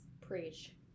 Preach